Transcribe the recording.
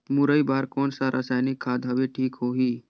मुरई बार कोन सा रसायनिक खाद हवे ठीक होही?